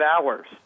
hours